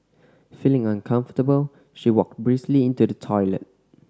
feeling uncomfortable she walked briskly into the toilet